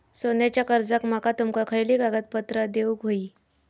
सोन्याच्या कर्जाक माका तुमका खयली कागदपत्रा देऊक व्हयी?